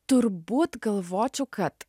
turbūt galvočiau kad